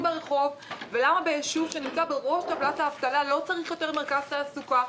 ברחוב ולמה בישוב שנמצא בראש טבלת האבטלה לא צריך יותר מרכז תעסוקה.